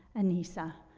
anisa,